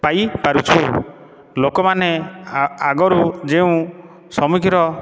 ପାଇ ପାରୁଛୁ ଲୋକମାନେ ଆଗରୁ ଯେଉଁ ସମ୍ମୁଖିର